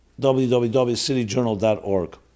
www.cityjournal.org